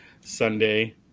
Sunday